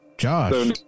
Josh